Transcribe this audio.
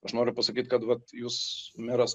aš noriu pasakyt kad vat jūs meras